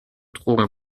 drogen